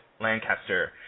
Lancaster